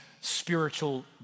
spiritual